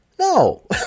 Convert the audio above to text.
No